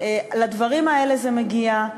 לדברים האלה זה מגיע,